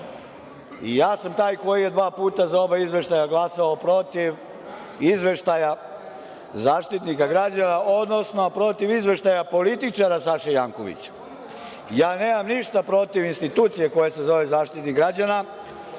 Ja sam taj koji je dva puta za oba izveštaja glasao protiv izveštaja Zaštitnika građana, odnosno protiv izveštaja političara Saše Jankovića. Ja nemam ništa protiv institucije koja se zove Zaštitnik građana,